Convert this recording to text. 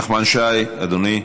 נחמן שי, אדוני?